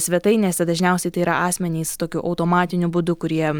svetainėse dažniausiai tai yra asmenys tokiu automatiniu būdu kurie